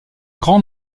grand